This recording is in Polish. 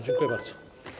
Dziękuję bardzo.